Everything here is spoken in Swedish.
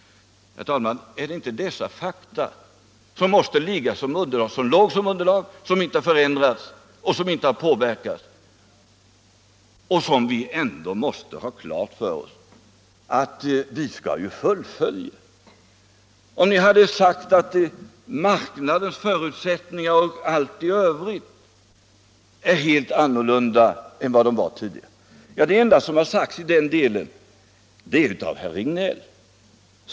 Herr talman! De fakta som låg till grund för riksdagens beslut har inte ändrats. Beslutet måste fullföljas. Man kan inte hänvisa till att marknadens förutsättningar eller några andra förutsättningar nu blivit helt andra än de var tidigare. Den ende som sagt något i den vägen är herr Regnéll.